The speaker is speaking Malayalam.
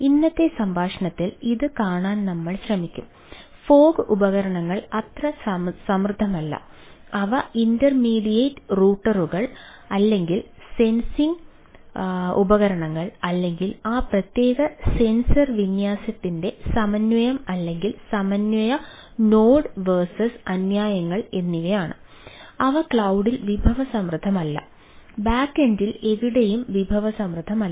ഇന്നത്തെ സംഭാഷണത്തിൽ ഇത് കാണാൻ നമ്മൾ ശ്രമിക്കും ഫോഗ്ൽ വിഭവസമൃദ്ധമല്ല ബാക്കെൻഡിൽ എവിടെയും വിഭവസമൃദ്ധമല്ല